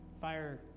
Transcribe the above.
fire